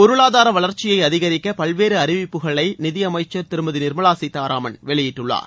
பொருளாதார வளர்ச்சியை அதிகரிக்க பல்வேறு அறிவிப்புகளை நிதி அமைச்சர் திருமதி நிாமலா சீத்தாராமன் வெளியிட்டுள்ளார்